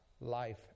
life